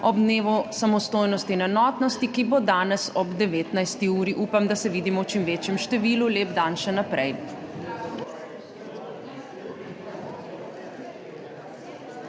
ob dnevu samostojnosti in enotnosti, ki bo danes ob 19. uri. Upam, da se vidimo v čim večjem številu! Lep dan še naprej!